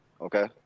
Okay